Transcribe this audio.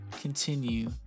continue